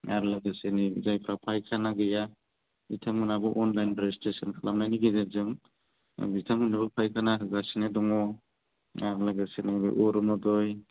आरो लोगोसै नै जायफ्रा फायखाना गैया बिथांमोनाबो अनलाइन रेजिस्ट्रेसन खालामनायनि गेजेरजों बिथांमोननोबो फायखाना होगासिनो दङ आरो लोगोसेनो अरुनदय